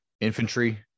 infantry